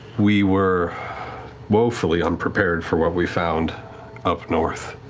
we were woefully unprepared for what we found up north.